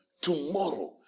Tomorrow